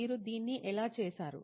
మీరు దీన్ని ఎలా చేసారు